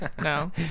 No